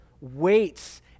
waits